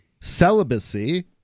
celibacy